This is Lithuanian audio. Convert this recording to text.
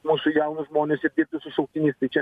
mūsų jaunus žmones ir dirbti su šauktiniais tai čia